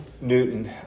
Newton